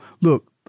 Look